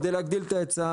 כדי להגדיל את ההיצע,